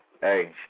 Hey